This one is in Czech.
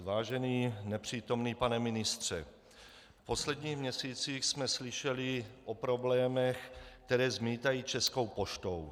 Vážený nepřítomný pane ministře, v posledních měsících jsme slyšeli o problémech, které zmítají Českou poštou.